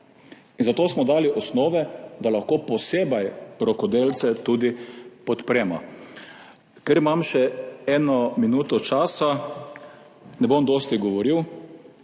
zato smo dali osnove, da lahko posebej podpremo tudi rokodelce. Ker imam še eno minuto časa, ne bom dosti govoril.